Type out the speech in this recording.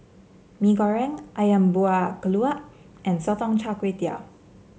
Mee Goreng ayam Buah Keluak and Sotong Char Kway